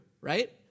right